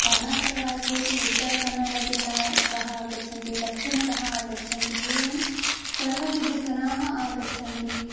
कर्नाटकराज्येपि उत्तरकन्नडजिल्लातः आगच्छन्ति दक्षिणतः आगच्छन्ति एवं सर्वविधजनाः आगच्छन्ति